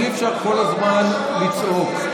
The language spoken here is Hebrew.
אי-אפשר כל הזמן לצעוק.